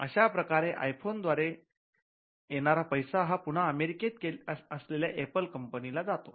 अशाप्रकारे आयफोन द्वारे येणारा पैसा हा पुन्हा अमेरिकेत असलेल्या एप्पल कंपनीला जातो